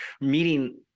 meeting